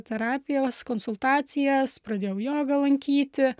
terapijos konsultacijas pradėjau joga lankyti